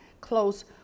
close